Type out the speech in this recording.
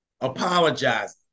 apologizing